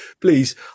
please